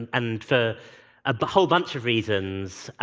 and for a but whole bunch of reasons.